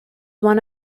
one